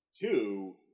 Two